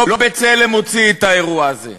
לא "בצלם" הוציא את האירוע הזה.